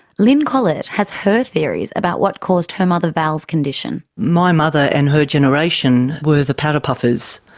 lyn collet has her theories about what caused her mother val's condition. my mother and her generation were the powder puffers.